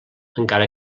encara